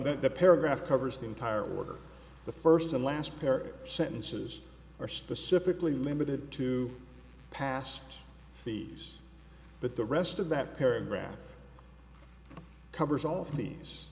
the paragraph covers the entire order the first and last pair sentences are specifically limited to past these but the rest of that paragraph covers all th